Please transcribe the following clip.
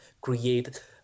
create